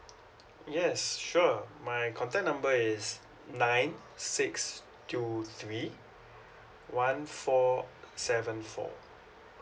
yes sure my contact number is nine six two three one four seven four